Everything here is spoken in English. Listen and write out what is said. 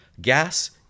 gas